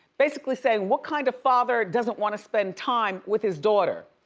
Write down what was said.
basically saying, what kind of father doesn't wanna spend time with his daughter?